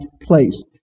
place